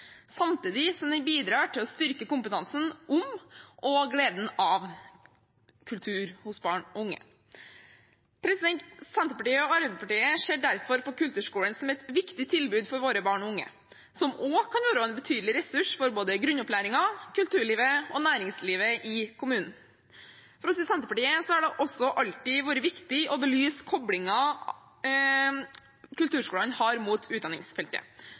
samtidig som det bidrar til å styrke kompetansen om og gleden av kultur hos barn og unge. Senterpartiet og Arbeiderpartiet ser derfor på kulturskolen som et viktig tilbud for våre barn og unge, som også kan være en betydelig ressurs for både grunnopplæringen, kulturlivet og næringslivet i kommunen. For oss i Senterpartiet har det også alltid vært viktig å belyse koblingen kulturskolene har mot utdanningsfeltet.